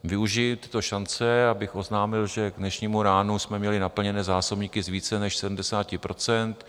Využiji této šance, abych oznámil, že k dnešnímu ránu jsme měli naplněné zásobníky z více než 70 %.